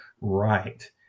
right